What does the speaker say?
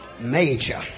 major